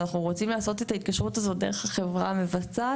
אנחנו רוצים לעשות את ההתקשרות הזאת דרך החברה המבצעת,